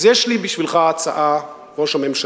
אז יש לי הצעה בשבילך, ראש הממשלה,